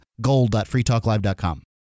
gold.freetalklive.com